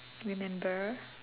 remember